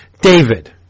David